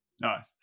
nice